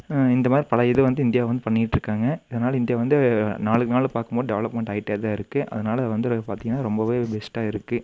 இந்த மாதிரி பழைய இது வந்து இந்தியா வந்து பண்ணிட்டு இருக்காங்க இதனால் இந்தியா வந்து நாளுக்கு நாள் பார்க்கும்போது டெவலப்மெண்ட் ஆகிட்டே தான் இருக்குது அதனால் வந்து பார்த்தீங்கன்னா ரொம்ப பெஸ்ட்டாக இருக்குது